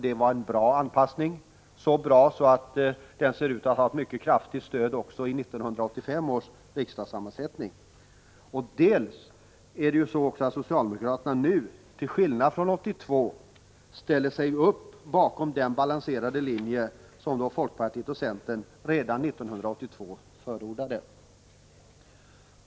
Det var en bra anpassning, så bra att den ser ut att ha mycket kraftigt stöd även i 1985 års riksdagssammansättning. Det andra är att socialdemokraterna nu, till skillnad från 1982, ställer sig bakom den balanserade linje som folkpartiet och centerpartiet redan 1982 förordade.